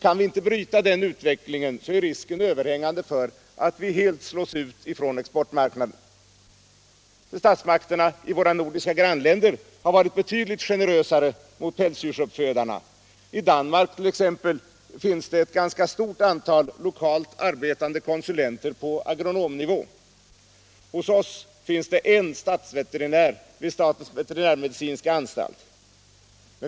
Kan vi inte bryta den utvecklingen, är risken överhängande att vi blir helt utslagna från exportmarknaden. Statsmakterna i våra nordiska grannländer har varit betydligt generösare mot pälsdjursuppfödarna, och i Danmark finns t.ex. ett ganska stort antal lokalt arbetande konsulenter på agronomnivå. Hos oss finns det en statsveterinär vid statens veterinärmedicinska anstalt.